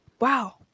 Wow